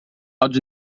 ond